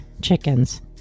chickens